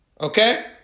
Okay